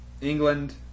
England